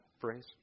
phrase